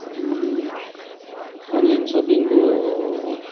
online सपिङको